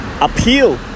appeal